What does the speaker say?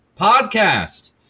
podcast